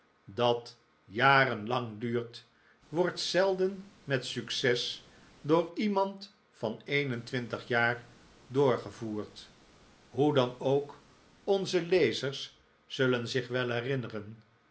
dat jaren lang duurt wordt zelden met succes door iemand van een-en-twintig jaar doorgevoerd hoe dan ook onze lezers zullen zich wel herinneren